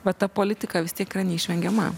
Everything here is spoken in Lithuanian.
va ta politika vis tiek yra neišvengiama